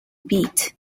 beat